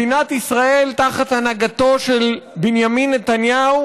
מדינת ישראל תחת הנהגתו של בנימין נתניהו